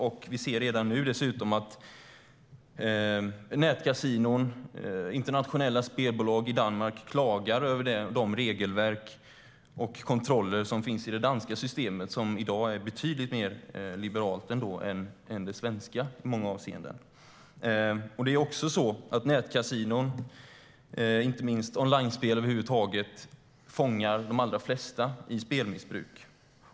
Dessutom ser vi redan nu att nätkasinon och internationella spelbolag i Danmark klagar över de regelverk och kontroller som finns i det danska systemet, som i många avseenden ändå är betydligt mer liberalt än det svenska systemet är i dag. Nätkasinon, onlinespel över huvud taget, fångar dessutom de allra flesta i spelmissbruk.